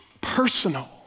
personal